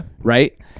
Right